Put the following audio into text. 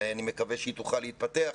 ואני מקווה שהיא תוכל להתפתח פה.